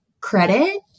credit